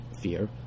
fear